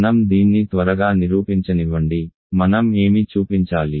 మనం దీన్ని త్వరగా నిరూపించనివ్వండి మనం ఏమి చూపించాలి